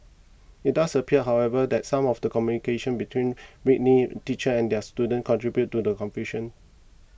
it does appear however that some of the communication between Whitley teachers and their students contributed to the confusion